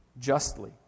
justly